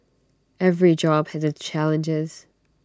every job has its challenges